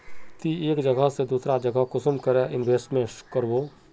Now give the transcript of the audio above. ती एक जगह से दूसरा जगह कुंसम करे इन्वेस्टमेंट करबो?